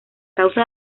causa